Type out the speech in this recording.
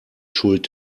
schuld